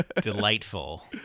Delightful